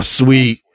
sweet